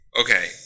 Okay